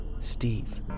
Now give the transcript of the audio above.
Steve